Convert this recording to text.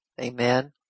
Amen